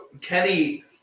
Kenny